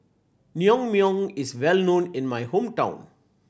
naengmyeon is well known in my hometown